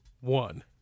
one